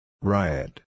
Riot